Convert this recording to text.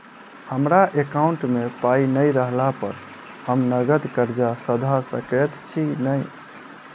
हमरा एकाउंट मे पाई नै रहला पर हम नगद कर्जा सधा सकैत छी नै?